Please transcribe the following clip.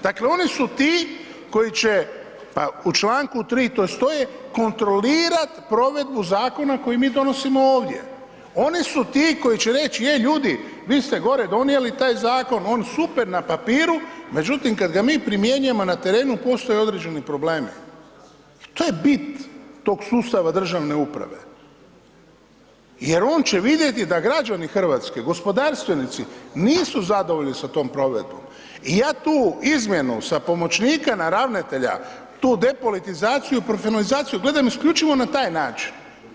Dakle, oni su ti koji će, pa u čl. 3. to stoji, kontrolirat provedbu zakona koji mi donosimo ovdje, oni su ti koji će reć, ej ljudi, vi ste gore donijeli taj zakon, on super na papiru, međutim, kad ga mi primjenjujemo na terenu, postoje određeni problemi to je bit tog sustava državne uprave, jer on će vidjeti da građani Hrvatske, gospodarstvenici nisu zadovoljni sa tom provedbom i ja tu izmjenu sa pomoćnika na ravnatelja, tu depolitizaciju, profesionalizaciju gledam isključivo na taj način.